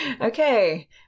okay